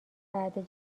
بعد